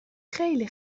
خیلی